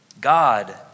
God